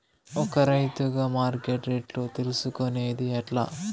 ఒక రైతుగా మార్కెట్ రేట్లు తెలుసుకొనేది ఎట్లా?